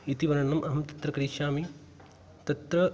इति वर्णनमहं तत्र करिष्यामि तत्र